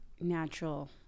natural